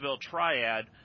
Triad